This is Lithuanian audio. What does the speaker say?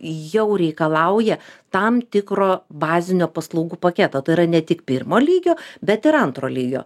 jau reikalauja tam tikro bazinio paslaugų paketo yra ne tik pirmo lygio bet ir antro lygio